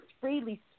freely